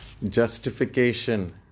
Justification